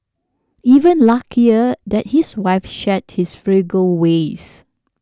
even luckier that his wife shared his frugal ways